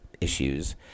issues